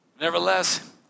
Nevertheless